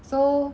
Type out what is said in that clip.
so